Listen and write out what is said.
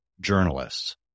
journalists